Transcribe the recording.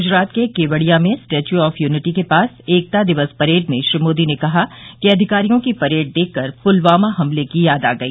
गुजरात के केवडिया में statue of unity के पास एकता दिवस परेड में श्री मोदी ने कहा कि अधिकारियों की परेड देखकर पुलवामा हमले की याद आ गई